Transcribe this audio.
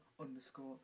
underscore